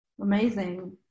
Amazing